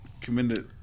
Commended